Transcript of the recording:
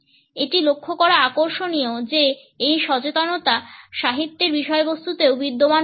এটি লক্ষ্য করা আকর্ষণীয় যে এই সচেতনতা সাহিত্যের বিষয়বস্তুতে বিদ্যমান রয়েছে